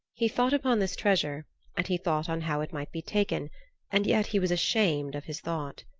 he thought upon this treasure and he thought on how it might be taken and yet he was ashamed of his thought.